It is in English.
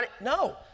no